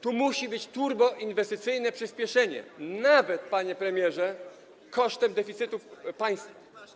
Tu musi być turbo, inwestycyjne przyspieszenie, nawet, panie premierze, kosztem deficytu państwa.